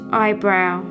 eyebrow